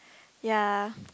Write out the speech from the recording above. ya